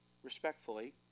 respectfully